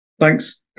thanks